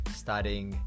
studying